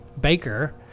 baker